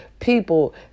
People